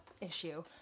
issue